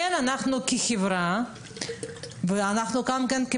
אנחנו כחברה וכמחוקקים,